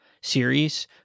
series